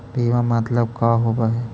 बीमा मतलब का होव हइ?